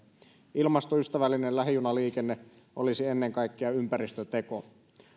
ilmastoystävällinen lähijunaliikenne olisi ennen kaikkea ympäristöteko